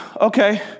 okay